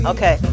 Okay